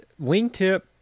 Wingtip